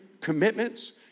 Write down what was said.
commitments